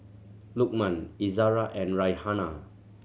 Lukman Izara and Raihana